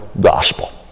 gospel